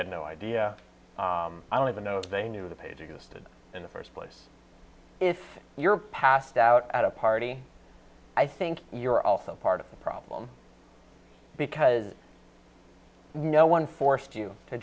had no idea i don't even know if they knew the page existed in the first place if you're passed out at a party i think you're also part of the problem because no one forced you to